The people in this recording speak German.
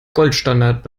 goldstandard